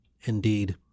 indeed